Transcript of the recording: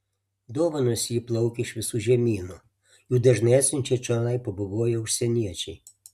dovanos į jį plaukia iš visų žemynų jų dažnai atsiunčia čionai pabuvoję užsieniečiai